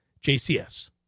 jcs